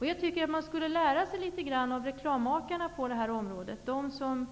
Jag tycker att man på det här området skulle lära sig litet grand av reklammakarna, de som